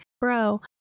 bro